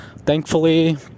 Thankfully